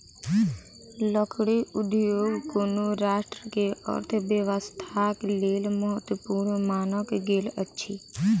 लकड़ी उद्योग कोनो राष्ट्र के अर्थव्यवस्थाक लेल महत्वपूर्ण मानल गेल अछि